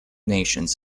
nations